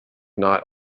not